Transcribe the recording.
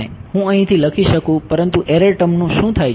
હું અહીંથી લખી શકું છું પરંતુ એરર ટર્મનું શું થાય છે